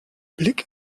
blick